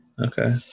Okay